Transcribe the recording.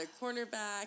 cornerback